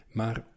maar